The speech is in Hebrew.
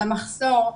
למחסור,